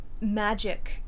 magic